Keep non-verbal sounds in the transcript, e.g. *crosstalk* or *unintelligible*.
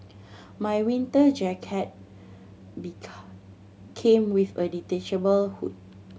my winter jacket *unintelligible* came with a detachable hood